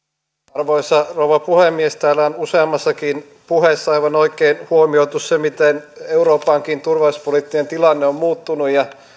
arvoisa rouva puhemies täällä on useammassakin puheessa aivan oikein huomioitu se miten euroopankin turvallisuuspoliittinen tilanne on muuttunut